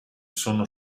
sono